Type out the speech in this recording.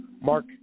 Mark